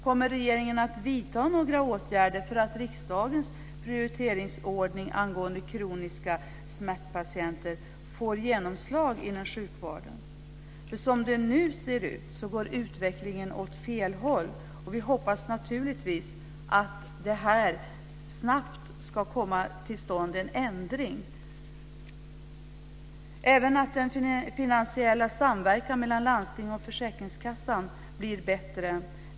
Kommer regeringen att vidta några åtgärder för att riksdagens prioriteringsordning angående patienter med kroniska smärtor får genomslag inom sjukvården? Som det nu ser ut går utvecklingen åt fel håll. Vi hoppas naturligtvis att det snabbt ska komma till stånd en ändring och att även den finansiella samverkan mellan landstingen och försäkringskassan blir bättre.